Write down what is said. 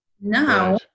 Now